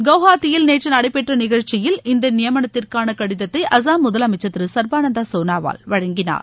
குவ்ஹாத்தியில் நேற்று நடைபெற்ற நிகழ்ச்சியில் இந்த நியமனத்திற்கான கடிதத்தை அசாம் முதலமைச்சர் திரு சர்பானந்த சோனோவால் வழங்கினார்